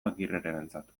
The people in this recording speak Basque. agirrerentzat